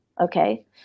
okay